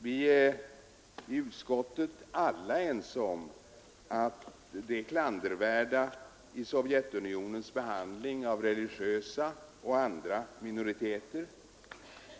Vi är inom utskottet alla ense om det klandervärda i Sovjetunionens behandling av religiösa och andra minoriteter.